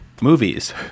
Movies